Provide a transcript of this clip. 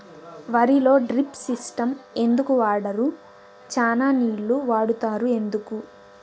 వరిలో drip system ఎందుకు వాడరు? చానా నీళ్లు వాడుతారు ఎందుకు?